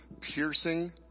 piercing